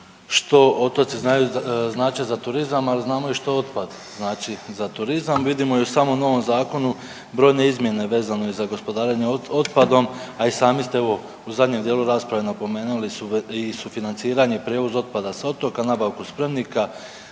što otoci znače za turizam, ali znamo što i otpad znači za turizam. Vidimo još damo u novom zakonu brojne izmjene vezane za gospodarenje otpadom, a i sami ste evo u zadnjem dijelu rasprave napomenuli i sufinanciranje prijevoz otpada sa otoka, nabavku spremnika,